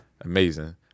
Amazing